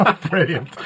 brilliant